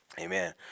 Amen